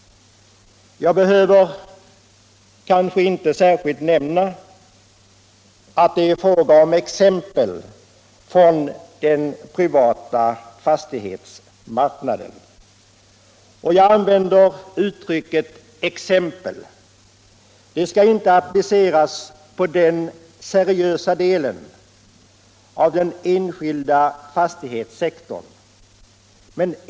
Jag behöver kanske inte särskilt nämna att det är fråga om exempel från den privata fastighetsmarknaden. Jag använder ordet ”exempel”. Det skall inte appliceras på den seriösa delen av den enskilda fastighetssektorn.